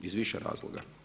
Iz više razloga.